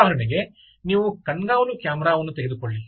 ಉದಾಹರಣೆಗೆ ನೀವು ಕಣ್ಗಾವಲು ಕ್ಯಾಮೆರಾವನ್ನು ತೆಗೆದುಕೊಳ್ಳಿ